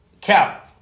Cow